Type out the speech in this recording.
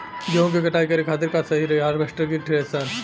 गेहूँ के कटाई करे खातिर का सही रही हार्वेस्टर की थ्रेशर?